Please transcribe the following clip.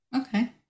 Okay